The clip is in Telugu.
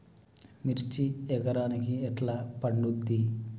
మిర్చి ఎకరానికి ఎట్లా పండుద్ధి?